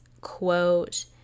quote